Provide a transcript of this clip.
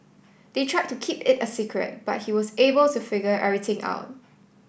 they tried to keep it a secret but he was able to figure everything out